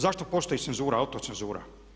Zašto postoji cenzura i autocenzura?